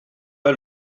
pas